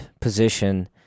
position